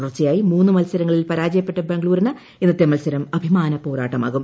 തുടർച്ചയായി മൂന്ന് മത്സരങ്ങളിൽ പരാജയപ്പെട്ട ബാംഗ്ളൂരിന് ഇന്നത്തെ മത്സരം അഭിമാന പോരാട്ടമാകും